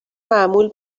معمول